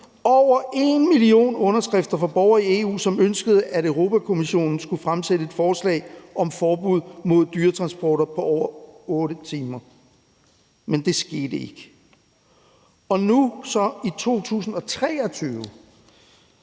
over 1 million underskrifter fra borgere i EU, som ønskede, at Europa-Kommissionen skulle fremsætte et forslag om forbud mod dyretransporter på over 8 timer, men det skete ikke. Nu her i 2023